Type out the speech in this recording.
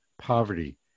poverty